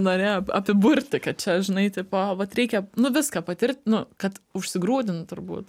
norėjo apiburti kad čia žinai tipo vat reikia nu viską patirt nu kad užsigrūdin turbūt